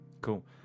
Cool